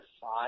five